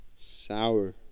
Sour